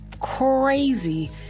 crazy